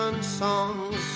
songs